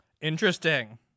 Interesting